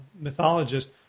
mythologist